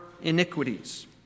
iniquities